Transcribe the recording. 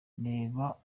reba